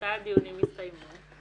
מתי הדיונים יסתיימו?